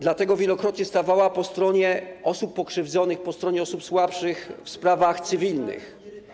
Dlatego wielokrotnie stawała po stronie osób pokrzywdzonych, po stronie osób słabszych w sprawach cywilnych.